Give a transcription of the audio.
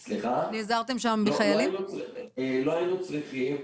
לא, לא היינו צריכים.